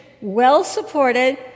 well-supported